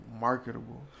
marketable